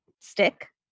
stick